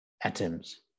atoms